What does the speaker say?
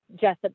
Jessup